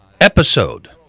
episode